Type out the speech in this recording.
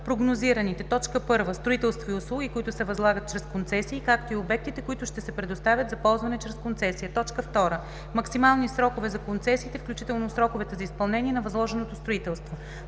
прогнозираните: 1. строителство и услуги, които ще се възлагат чрез концесии, както и обектите, които ще се предоставят за ползване чрез концесия; 2. максимални срокове на концесиите, включително сроковете за изпълнение на възложеното строителство;